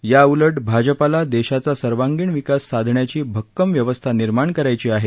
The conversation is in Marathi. याऊलट भाजपाला देशाचा सर्वांगीण विकास साधण्याची भक्कम व्यवस्था निर्माण करायची आहे